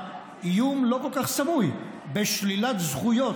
זה בסדר,